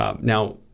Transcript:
now